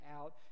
out